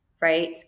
right